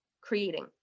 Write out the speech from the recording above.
creating